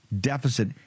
deficit